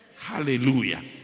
Hallelujah